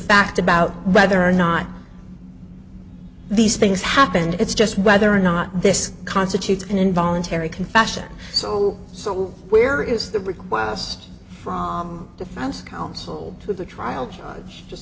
fact about whether or not these things happened it's just whether or not this constitutes an involuntary can fashion so so where is the request from defense counsel to the trial judge just